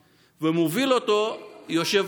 הטכנולוגי הזה ולא נבוא לדבר רק מול מסכי